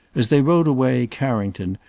as they rode away, carrington,